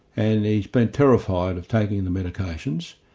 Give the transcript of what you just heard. and he's been terrified of taking the medications,